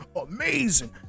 amazing